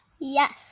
yes